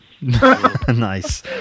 Nice